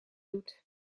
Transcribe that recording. doet